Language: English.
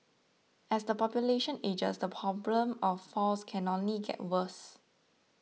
as the population ages the problem of falls can only get worse